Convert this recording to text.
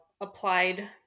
applied